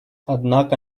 однако